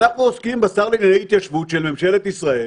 אנחנו עוסקים בשר לענייני ההתיישבות של ממשלת ישראל